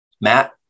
Matt